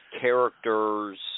characters